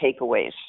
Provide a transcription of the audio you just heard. takeaways